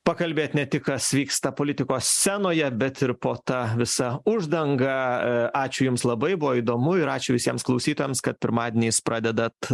pakalbėt ne tik kas vyksta politikos scenoje bet ir po ta visa uždanga ačiū jums labai buvo įdomu ir ačiū visiems klausytojams kad pirmadieniais pradedat